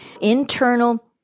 Internal